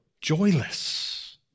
joyless